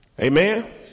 Amen